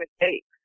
mistakes